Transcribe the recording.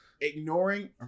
ignoring